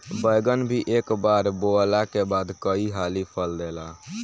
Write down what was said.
बैगन भी एक बार बोअला के बाद कई हाली फल देला